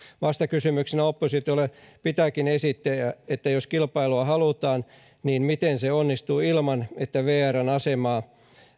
vastakysymyksenä oppositiolle pitääkin esittää että jos kilpailua halutaan niin miten se onnistuu ilman että vrn asemaa